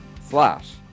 slash